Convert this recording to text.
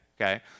okay